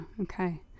Okay